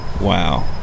Wow